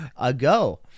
ago